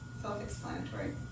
self-explanatory